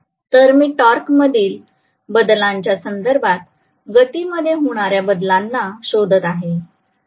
तर मी टॉर्क मधील बदलांच्या संदर्भात गती मध्ये होणाऱ्या बदलांना शोधत आहे